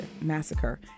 Massacre